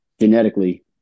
genetically